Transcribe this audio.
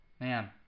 Man